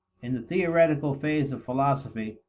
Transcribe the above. in the theoretical phase of philosophy,